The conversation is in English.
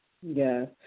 Yes